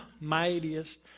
mightiest